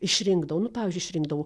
išrinkdavo nu pavyzdžiui išrinkdavo